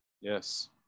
Yes